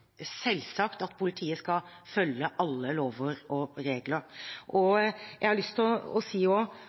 selvsagt at politiet skal følge alle lover og regler. Jeg har også lyst til å si